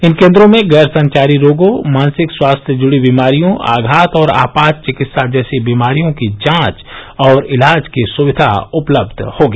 इन केन्द्रों में गैर संचारी रोगों मानसिक स्वास्थ्य से जुड़ी बीमारियों आघात और आपात चिकित्सा जैसी बीमारियों की जांच और इलाज की सुविधा उपलब्ध होगी